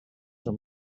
too